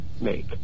make